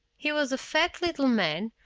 he was a fat little man,